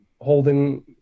holding